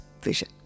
vision